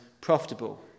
profitable